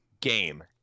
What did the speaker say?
game